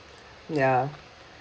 ya